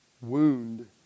wound